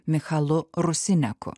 michalu rusineku